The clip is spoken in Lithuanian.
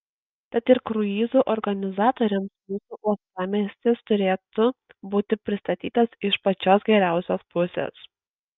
tad ir kruizų organizatoriams mūsų uostamiestis turėtų būti pristatytas iš pačios geriausios pusės